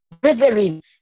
Brethren